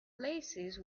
places